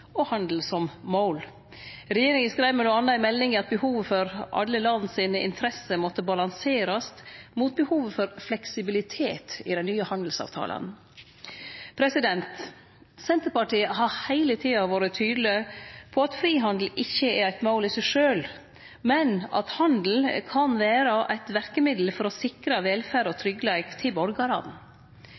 og handel som mål. Regjeringa skreiv m.a. i meldinga at «behovet for alle land sine interesser må balanserast mot behovet for fleksibilitet i dei nye handelsavtalane». Senterpartiet har heile tida vore tydeleg på at frihandel ikkje er eit mål i seg sjølv, men at handel kan vere eit verkemiddel for å sikre velferd og tryggleik til borgarane.